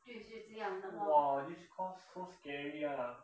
!wah! this course so scary [one] ah